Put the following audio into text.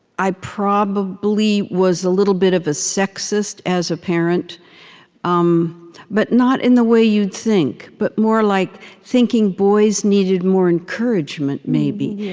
i probably was a little bit of a sexist as a parent um but not in the way you'd think, but more like thinking boys needed more encouragement, maybe,